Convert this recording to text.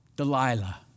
Delilah